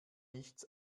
nichts